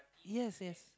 yes yes